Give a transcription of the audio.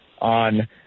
on